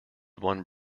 one